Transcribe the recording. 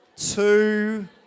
two